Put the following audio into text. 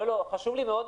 אתה לא מאשים,